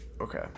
okay